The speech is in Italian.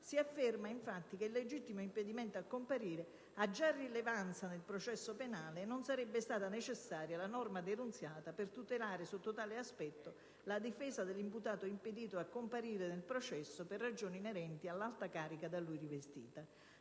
si afferma infatti che "il legittimo impedimento a comparire ha già rilevanza nel processo penale e non sarebbe stata necessaria la norma denunciata per tutelare, sotto tale aspetto, la difesa dell'imputato impedito a comparire nel processo per ragioni inerenti all'alta carica da lui rivestita.